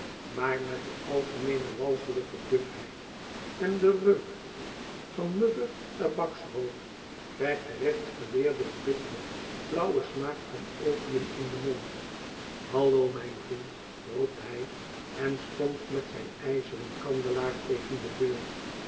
maar met de algemeene walgelijke dufheid en den reuk van muffen tabaksrook krijgt de rechtsgeleerde den bitteren fiauwen smaak van opium in den mond hallo mijn vriend roept hij en stompt met zijn ijzeren kandelaar tegen de deur